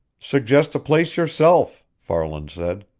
suggest a place yourself, farland said.